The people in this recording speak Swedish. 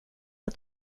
att